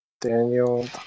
Daniel